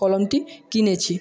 কলমটি কিনেছি